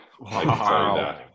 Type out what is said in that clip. Wow